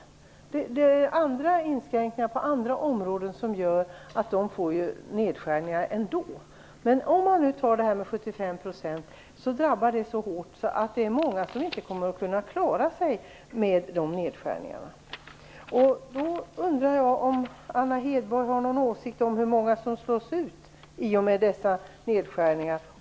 Det görs andra inskränkningar på andra områden som gör att de ändå får nedskärningar. En nivå på 75 % drabbar så hårt att det är många som inte kommer att kunna klara sig med de nedskärningarna. Jag undrar om Anna Hedborg har någon åsikt om hur många som slås ut i och med dessa nedskärningar.